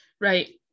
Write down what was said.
Right